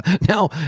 now